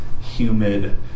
humid